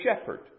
shepherd